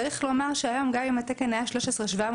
צריך לומר שהיום, גם אם התקן היה 13,750,